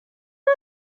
how